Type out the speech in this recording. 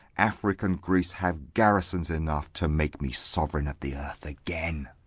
afric and greece have garrisons enough to make me sovereign of the earth again.